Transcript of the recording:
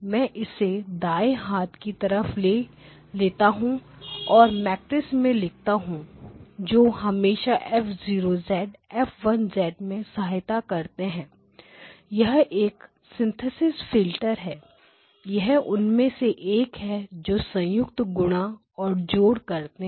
मैं इसे दाएं हाथ की तरफ ले लेता हूँ और मेट्रिक्स में लिखता हूं जो हमेशा F0 F1 में सहायता करते हैं यह एक सिंथेसिस फिल्टर है यह उनमें से एक है जो संयुक्त गुणा और जोड़ करते हैं